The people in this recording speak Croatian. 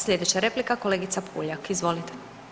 Sljedeća replika, kolegica Puljak, izvolite.